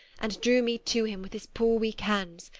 and drew me to him with his poor weak hands,